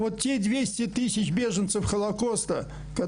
מדינת ישראל בעצם לא הכירה בהם כניצולי שואה, כל